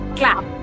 clap